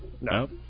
no